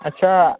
ᱟᱪᱪᱷᱟ